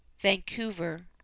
Vancouver